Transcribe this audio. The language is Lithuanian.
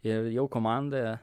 ir jau komandoje